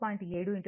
7 4